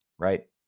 right